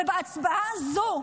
ובהצבעה הזו,